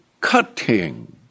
cutting